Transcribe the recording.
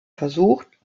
versucht